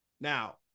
Now